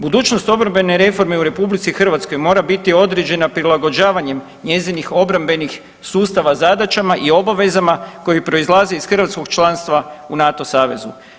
Budućnost obrambene reforme u RH mora biti određen na prilagođavanjem njezinih obrambenih sustava, zadaćama i obavezama koji proizlaze iz hrvatskog članstva u NATO savezu.